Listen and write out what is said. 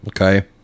Okay